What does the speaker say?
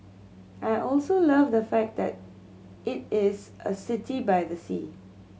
I also love the fact that it is a city by the sea